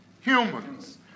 humans